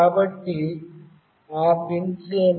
కాబట్టి ఆ పిన్స్ ఏమిటి